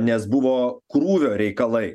nes buvo krūvio reikalai